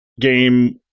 game